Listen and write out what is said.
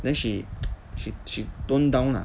then she she she tone down lah